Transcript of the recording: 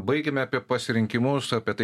baigėme apie pasirinkimus apie tai